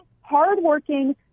hardworking